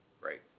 Great